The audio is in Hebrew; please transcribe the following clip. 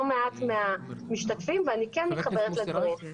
מעט מהמשתתפים ואני כן מתחברת לדברים.